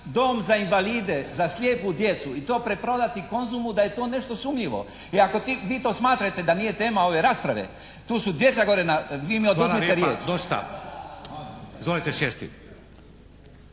dom za invalide, za slijepu djecu i to preprodati "Konzumu" da je to nešto sumnjivo. I ako vi to smatrate da nije tema ove rasprave, tu su djeca… **Šeks, Vladimir (HDZ)** Hvala lijepa.